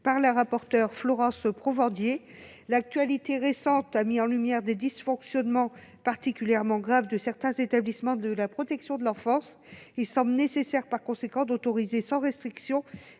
de la députée Florence Provendier. L'actualité récente a mis en lumière des dysfonctionnements particulièrement graves de certains établissements de la protection de l'enfance. Il semble nécessaire, par conséquent, d'autoriser sans restriction